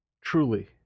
Truly